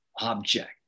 object